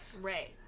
Right